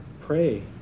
Pray